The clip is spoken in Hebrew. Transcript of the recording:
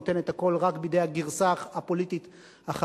אז הוא נותן את הכול רק בידי הגרסה הפוליטית החרדית,